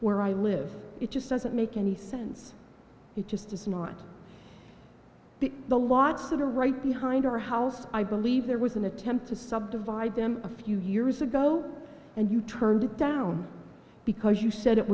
where i live it just doesn't make any sense it just is not the the lots of the right behind our house i believe there was an attempt to subdivide them a few years ago and you turned it down because you said it